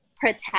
protect